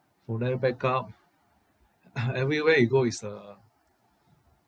from there backup everywhere you go is a